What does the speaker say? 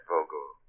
Vogel